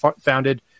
founded